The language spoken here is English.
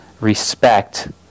respect